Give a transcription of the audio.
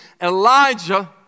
Elijah